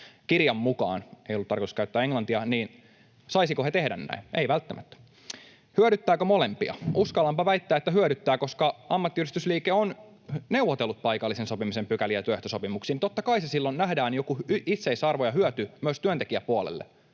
kirjan mukaan, ei ollut tarkoitus käyttää englantia — niin saisivatko he tehdä näin? Eivät välttämättä. Hyödyttääkö molempia? Uskallanpa väittää, että hyödyttää, koska ammattiyhdistysliike on neuvotellut paikallisen sopimisen pykäliä työehtosopimuksiin. Totta kai silloin nähdään joku itseisarvo ja hyöty myös työntekijäpuolelle.